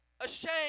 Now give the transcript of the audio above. ashamed